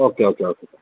okay okay okay sir